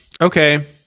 Okay